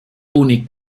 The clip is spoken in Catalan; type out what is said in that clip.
únic